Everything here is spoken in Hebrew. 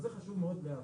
זה חשוב מאוד להבין.